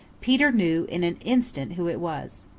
peter knew in an instant who it was.